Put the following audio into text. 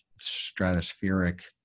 stratospheric